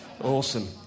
Awesome